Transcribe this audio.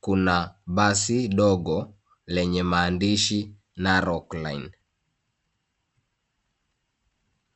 kuna basi dogo lenye maandishi (cs)Narok line(cs).